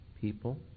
people